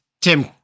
Tim